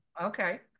Okay